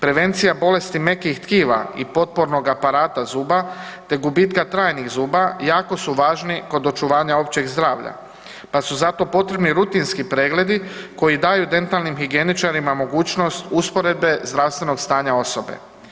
Prevencija bolesti mekih tkiva i potpornog aparata zuba te gubitka trajnih zuba jako su važni kod očuvanja općeg zdravlja pa su zato potrebni rutinski pregledi koji daju dentalnim higijeničarima mogućnost usporedbe zdravstvenog stanja osobe.